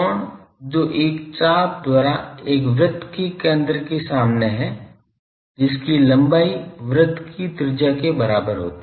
एक कोण जो एक चाप द्वारा एक वृत्त के केंद्र के सामने है जिसकी लंबाई वृत्त की त्रिज्या के बराबर होती है